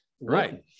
Right